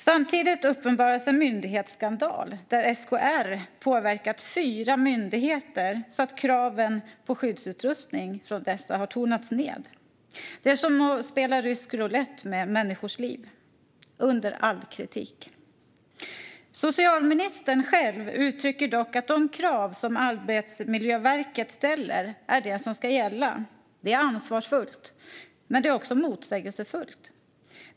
Samtidigt uppenbaras en myndighetsskandal där SKR har påverkat fyra myndigheter så att kraven på skyddsutrustning från dessa har tonats ned. Det är som att spela rysk roulett med människors liv. Det är under all kritik. Socialministern själv uttrycker dock att de krav som Arbetsmiljöverket ställer är vad som ska gälla. Det är ansvarsfullt men också motsägelsefullt.